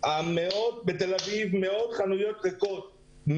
מאות חנויות בתל אביב עומדות ריקות,